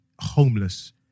homeless